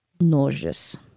nauseous